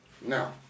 Now